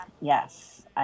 Yes